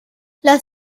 las